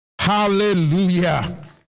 Hallelujah